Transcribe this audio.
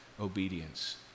obedience